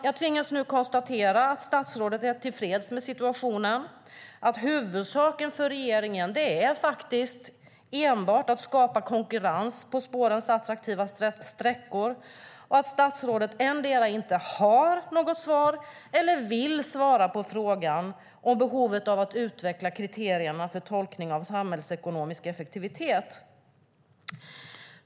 Jag tvingas nu konstatera att statsrådet är tillfreds med situationen, att huvudsaken för regeringen enbart är att skapa konkurrens på spårens mest attraktiva sträckor och att statsrådet endera inte har något svar eller inte vill svara på frågan om behovet av att utveckla kriterierna för tolkning av samhällsekonomisk effektivitet.